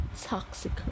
toxic